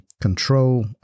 control